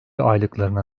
aylıklarına